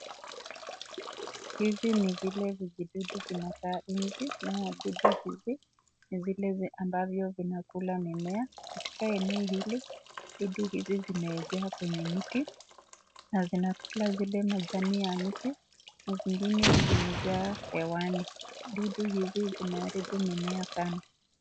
Hizi ni zile vijidudu vinakaa nzi na wadudu hivi ni vile ambavyo vinakula mimea, katika eneo hili dudu hizi zimeenea kwenye miti na zinakula zile majani ya miti na zingine zimejaa hewani, dudu hizi zinaharibu mimea sana.